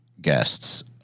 guests